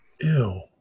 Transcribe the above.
Ew